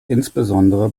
insbesondere